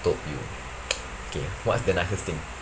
told you okay what's the nicest thing